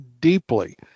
deeply